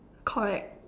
correct